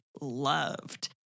loved